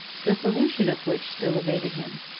the solution of which still evaded him.